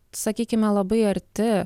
sakykime labai arti